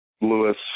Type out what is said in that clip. lewis